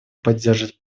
поддержит